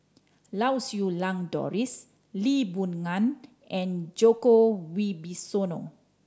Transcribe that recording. Lau Siew Lang Doris Lee Boon Ngan and Djoko Wibisono